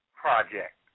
Project